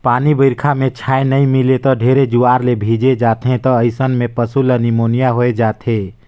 पानी बइरखा में छाँय नइ मिले त ढेरे जुआर ले भीजे जाथें त अइसन में पसु ल निमोनिया होय जाथे